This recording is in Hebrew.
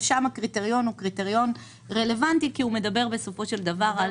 אבל שם הקריטריון רלוונטי כי הוא מדבר בסופו של דבר על